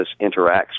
interacts